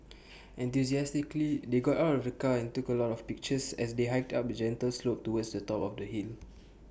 enthusiastically they got out of the car and took A lot of pictures as they hiked up A gentle slope towards the top of the hill